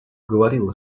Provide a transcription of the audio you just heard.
говорила